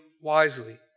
wisely